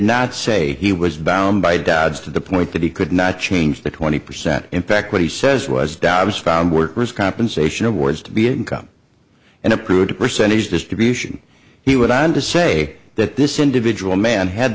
not say he was bound by dad's to the point that he could not change the twenty percent in fact what he says was doubtless found workers compensation of words to be income and approved percentage distribution he went on to say that this individual man had